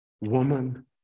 Woman